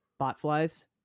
botflies